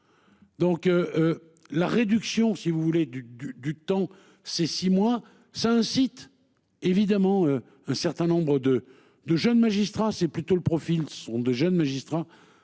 Donc. La réduction si vous voulez du du du temps ces six mois ça incite évidemment un certain nombre de de jeunes magistrat c'est plutôt le profil sont de jeunes magistrats.